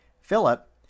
Philip